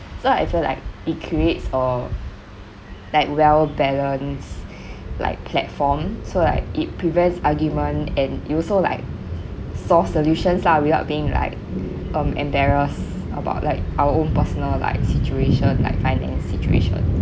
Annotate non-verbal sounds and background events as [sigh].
so I feel like it creates a like well balance [breath] like platform so like it prevents argument and it also like solve solutions lah without being like um embarrassed about like our own personal like situation like finance situation